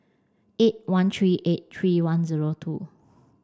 eight one three eight three one zero two